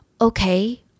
okay